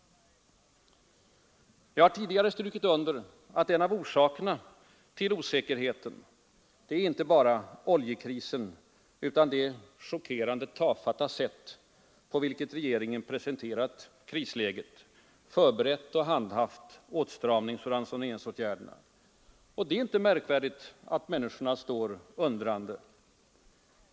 Jag har tidigare strukit under att en av orsakerna till osäkerheten är inte bara oljekrisen utan det chockerande tafatta sätt på vilket regeringen presenterat krisläget, förberett och handhaft åtstramningsoch ransoneringsåtgärderna. Det är inte märkvärdigt att människorna står undrande.